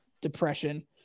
depression